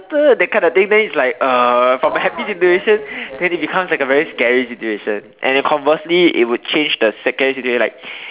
that kind of thing then it's like uh from a happy situation then it becomes a like very scary situation and then conversely it will change the second situation like